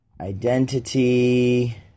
Identity